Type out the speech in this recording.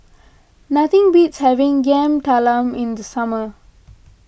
nothing beats having Yam Talam in the summer